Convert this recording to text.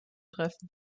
treffen